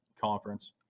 conference